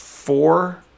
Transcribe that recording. four